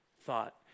thought